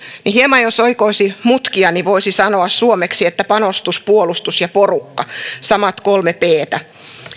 niin hieman jos oikoisi mutkia niin voisi sanoa suomeksi että panostus puolustus ja porukka samat kolme ptä